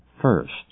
first